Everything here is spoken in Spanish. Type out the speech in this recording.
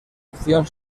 acción